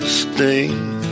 sting